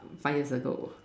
five years ago